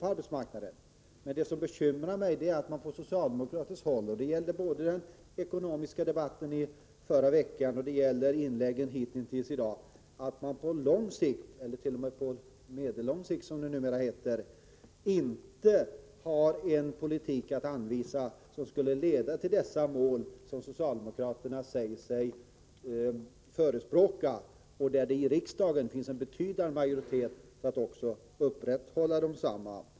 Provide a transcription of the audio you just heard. Det som bekymrar mig är emellertid att man från socialdemokratiskt håll, det gäller både den ekonomiska debatten i förra veckan och inläggen hitintills, på lång sikt — eller t.o.m. på medellång sikt, som det numera heter — inte har en politik att redovisa som skulle leda till mål som socialdemokraterna säger sig förespråka och för vilka det i riksdagen också finns en betydande majoritet.